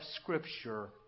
scripture